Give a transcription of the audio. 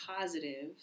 positive